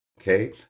okay